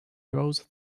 rows